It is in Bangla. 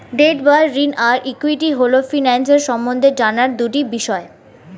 ডেট বা ঋণ আর ইক্যুইটি হল ফিন্যান্স সম্বন্ধে জানার দুটি বিষয়